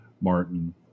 Martin